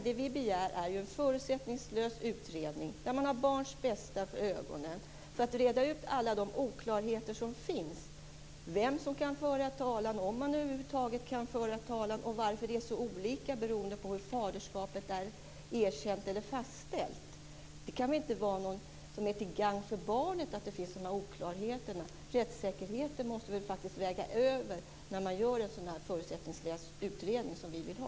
Det vi begär är en förutsättningslös utredning där man har barns bästa för ögonen och reder ut alla de oklarheter som finns om vem som kan föra talan, om man över huvud taget kan föra talan och varför det är så olika beroende på om faderskapet är erkänt eller fastställt. Det kan inte vara till gagn för barnet att det finns sådana oklarheter. Rättssäkerheten måste faktiskt väga tyngst när man gör en sådan förutsättningslös utredning som vi vill ha.